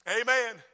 Amen